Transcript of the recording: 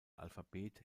alphabet